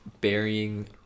burying